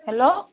hello